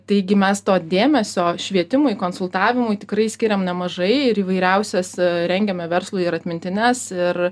taigi mes to dėmesio švietimui konsultavimui tikrai skiriam nemažai ir įvairiausias rengiame verslui ir atmintines ir